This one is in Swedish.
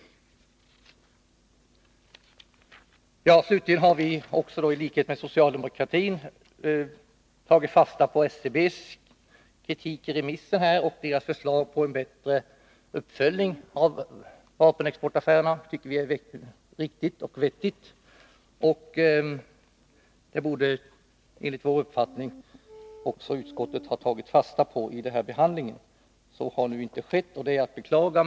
Slutligen vill jag säga att också vi i likhet med socialdemokraterna tagit fasta på SCB:s kritik i remissyttrandet. SCB:s förslag till en bättre uppföljning av vapenexportaffärerna tycker vi är riktigt och vettigt. Enligt vår uppfattning borde också utskottet ha tagit fasta på det vid behandlingen av detta ärende. Så har inte skett, och det är att beklaga.